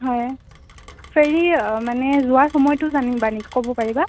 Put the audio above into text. হয় ফেৰি মানে যোৱা সময়টো জানিবা নেকি ক'ব পাৰিবা